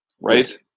right